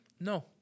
No